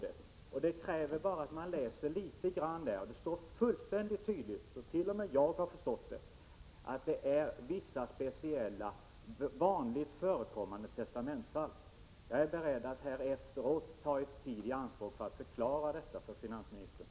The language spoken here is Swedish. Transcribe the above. Det framgår alldeles tydligt bara man läser litet grand i lagrådets yttrande —t.o.m. jag har förstått det — att risken för rättsförlust gäller vissa speciella, vanligt förekommande testamentsfall. Jag är beredd att här efteråt ta tid i anspråk för att förklara detta för finansministern.